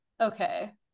okay